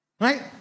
Right